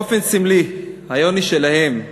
באופן סמלי, יוני שלהם,